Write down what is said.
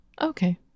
Okay